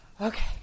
Okay